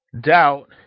doubt